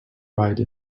ride